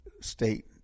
state